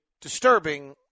disturbing